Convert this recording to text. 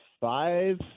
Five